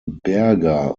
berger